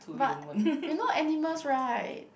but you know animals right